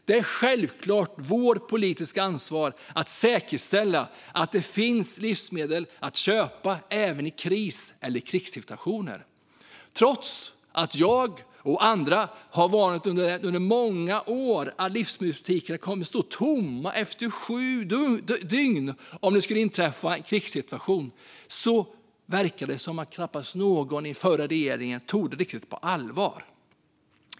Det är självklart vårt politiska ansvar att säkerställa att det finns livsmedel att köpa även i kris eller krigssituationer. Trots att jag och andra under många år varnade för att livsmedelsbutikerna kommer att stå tomma efter sju dygn om det skulle inträffa en krigssituation verkade det som om knappast någon i den förra regeringen tog det riktigt på allvar.